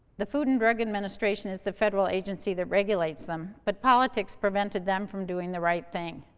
the food and drug administration is the federal agency that regulates them, but politics prevented them from doing the right thing.